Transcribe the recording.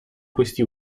questi